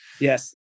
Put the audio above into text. yes